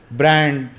brand